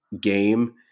game